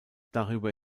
darüber